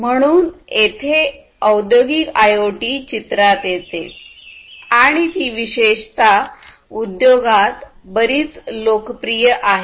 म्हणून येथे औद्योगिक आयओटी चित्रात येते आणि ती विशेषता उद्योगात बरीच लोकप्रिय आहे